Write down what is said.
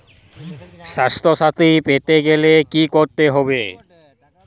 স্বাস্থসাথী পেতে গেলে কি করতে হবে?